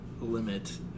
limit